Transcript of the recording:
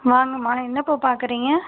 வாங்கம்மா என்னப்பா பார்க்குறீங்க